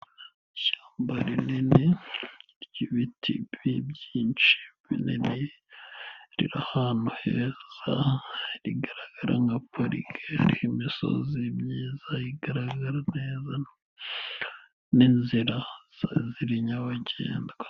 Ishyamba rinini ry'ibiti byinshi binini riri ahantu heza rigaragara nka parike hari imisozi myiza igaragara neza n'inzira za ziri nyabagendwa.